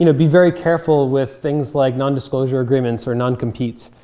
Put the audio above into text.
you know be very careful with things like non-disclosure agreements or non-competes.